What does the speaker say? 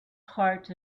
heart